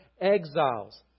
exiles